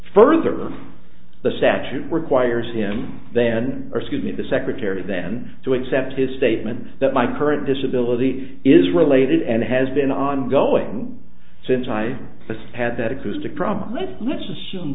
further the statute requires him then or scrutiny the secretary then to accept his statement that my current disability is related and has been ongoing since i just had that acoustic problem let's let's assume